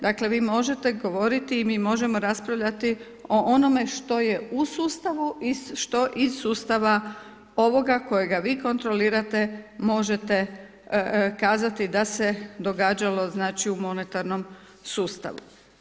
Dakle, vi može te govoriti i mi možemo raspravljati o onome što je u sustavu i što iz sustava ovoga, kojega vi kontrolirate, možete kazati da se događalo u monetarnom sustavu.